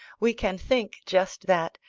we can think just that,